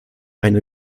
eine